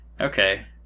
okay